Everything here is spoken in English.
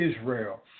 Israel